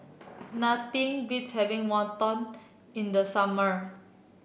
nothing beats having Wonton in the summer